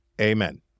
Amen